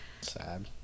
Sad